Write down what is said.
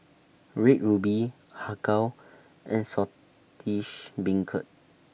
Red Ruby Har Kow and Saltish Beancurd